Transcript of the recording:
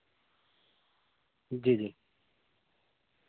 جی جی